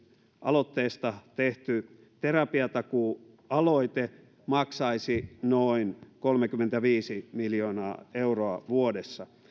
aloitteesta tehdyn terapiatakuu kansalaisaloitteen mukainen terapiatakuu maksaisi noin kolmekymmentäviisi miljoonaa euroa vuodessa